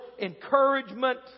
encouragement